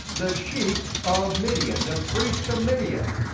the sheik of midian, the priest of midian.